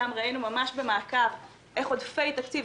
שם ראינו ממש במעקב איך עודפי תקציב,